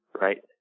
right